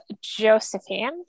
Josephine